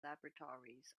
laboratories